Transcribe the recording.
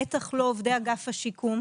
בטח לא עובדי אגף השיקום,